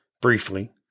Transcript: briefly